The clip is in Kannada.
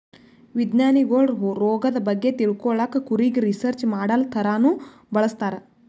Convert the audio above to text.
ವಿಜ್ಞಾನಿಗೊಳ್ ರೋಗದ್ ಬಗ್ಗೆ ತಿಳ್ಕೊಳಕ್ಕ್ ಕುರಿಗ್ ರಿಸರ್ಚ್ ಮಾಡಲ್ ಥರಾನೂ ಬಳಸ್ತಾರ್